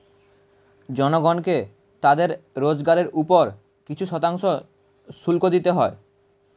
জনগণকে তাদের রোজগারের উপর কিছু শতাংশ শুল্ক দিতে হয়